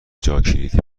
جاکلیدی